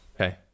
Okay